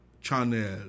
channel